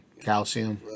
calcium